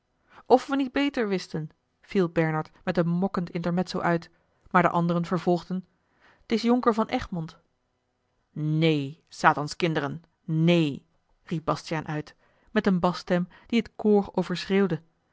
of we niet beter wisten viel bernard met een mokkend intermezzo uit maar de anderen vervolgden t is jonker van egmond neen satanskinderen neen riep bastiaan uit met eene basstem die het koor